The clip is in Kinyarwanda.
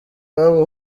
waba